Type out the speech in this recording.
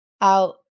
out